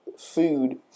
food